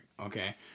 okay